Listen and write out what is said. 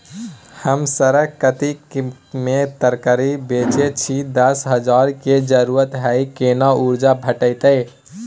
हम सरक कातिक में तरकारी बेचै छी, दस हजार के जरूरत हय केना कर्जा भेटतै?